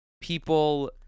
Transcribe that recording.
people